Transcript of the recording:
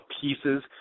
pieces